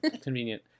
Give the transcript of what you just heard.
Convenient